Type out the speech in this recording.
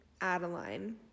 Adeline